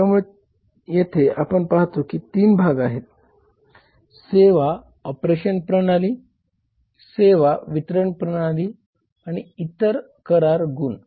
त्यामुळे येथे आपण पाहतो की 3 भाग आहेत सेवा ऑपरेशन प्रणाली सेवा वितरण प्रणाली आणि इतर करार गुण